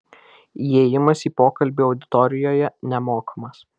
įėjimas į pokalbį auditorijoje nemokamas